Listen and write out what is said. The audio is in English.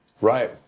right